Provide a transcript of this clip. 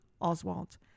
Oswald